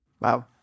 Wow